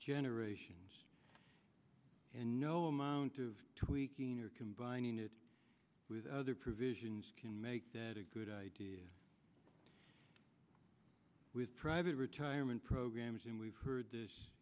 generations and no amount of tweaking or combining it with other provisions can make that a good idea with private retirement programs and we've heard this